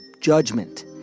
judgment